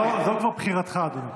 זו כבר בחירתך, אדוני.